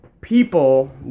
people